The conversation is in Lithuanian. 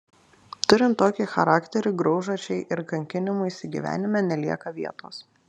turint tokį charakterį graužačiai ir kankinimuisi gyvenime nelieka vietos